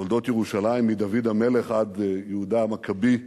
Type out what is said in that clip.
תולדות ירושלים מדוד המלך עד יהודה המכבי,